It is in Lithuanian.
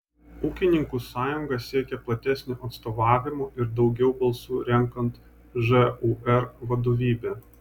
ūkininkų sąjunga siekia platesnio atstovavimo ir daugiau balsų renkant žūr vadovybę